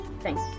thanks